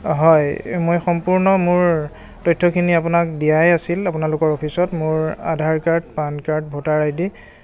হয় মই সম্পূৰ্ণ মোৰ তথ্যখিনি আপোনাক দিয়াই আছিল আপোনালোকৰ অফিচত মোৰ Aadhaar card PAN card voter I D